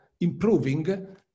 improving